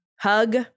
hug